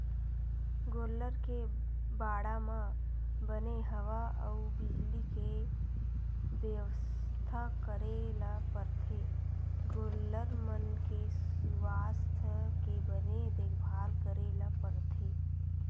गोल्लर के बाड़ा म बने हवा अउ बिजली के बेवस्था करे ल परथे गोल्लर मन के सुवास्थ के बने देखभाल करे ल परथे